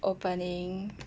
opening